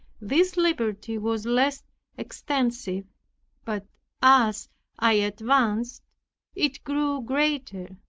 this liberty was less extensive but as i advanced it grew greater.